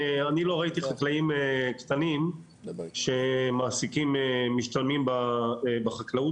אני לא ראיתי חקלאים קטנים שמעסיקים משתלמים בחקלאות